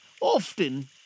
often